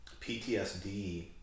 PTSD